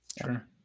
Sure